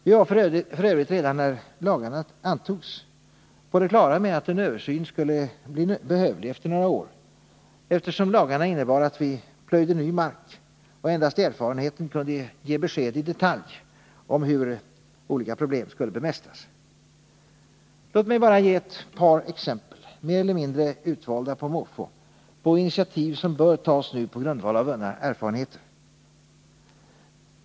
Vi var f. ö. redan när lagarna antogs på det klara med att en översyn skulle bli behövlig efter några år, eftersom lagarna innebar att vi plöjde ny mark och endast erfarenheten kunde ge besked i detalj om hur olika problem skulle bemästras. Låt mig bara ge ett par exempel, mer eller mindre utvalda på måfå, på initiativ som bör tas nu på grundval av vunna erfarenheter.